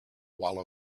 while